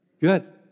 Good